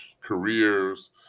careers